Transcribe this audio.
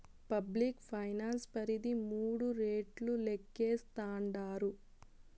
public finance పరిధి మూడు రెట్లు లేక్కేస్తాండారు